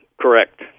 Correct